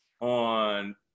on